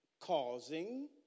Causing